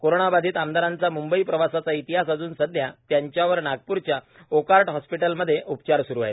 कोरणा बाधित आमदारांचा मंबई प्रवासाचा इतिहास असून सध्या त्यांच्यावर नागप्रच्या वोकहार्ट हॉस्पिटलमध्ये उपचार स्रू आहे